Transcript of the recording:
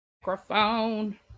microphone